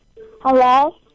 hello